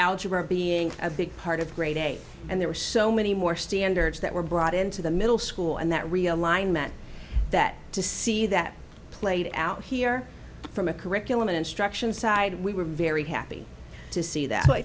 algebra being a big part of grade a and there were so many more standards that were brought into the middle school and that realignment that to see that played out here from a curriculum an instruction side we were very happy to see that i